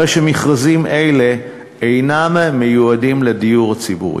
הרי שמכרזים אלה אינם מיועדים לדיור הציבורי.